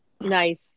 nice